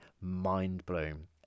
mind-blowing